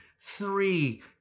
three